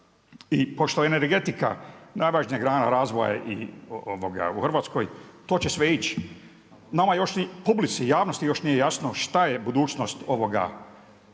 i pošto je energetika najvažnija grana razvoja u Hrvatskoj, to će sve ići. Nama još ni publici, javnosti još nije jasno šta je budućnost onoga